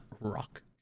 rock